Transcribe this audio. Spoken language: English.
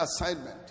assignment